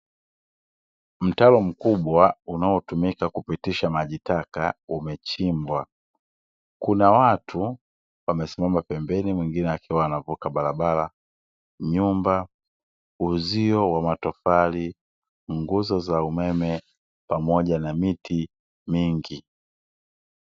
Mtalo mkubwa unaotumika kupitisha maji taka umechimbwa na kuna watu wamesimama pembeni wengine wakiwa wanavuka barabara, nyumba uzio wa matofali nguzo za umeme pamoja na miti mingi.